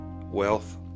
wealth